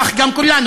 כך גם כולנו,